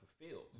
fulfilled